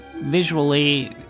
Visually